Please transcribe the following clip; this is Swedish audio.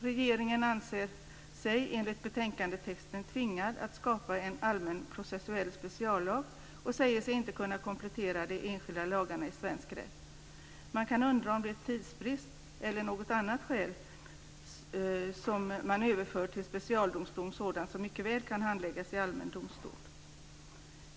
Regeringen anser sig, enligt betänkandetexten, tvingad att skapa en allmän processuell speciallag och säger sig inte kunna komplettera de enskilda lagarna i svensk rätt. Man kan undra om det är av tidsbrist eller av något annat skäl som man överför till specialdomstol sådant som mycket väl kan handläggas i allmän domstol.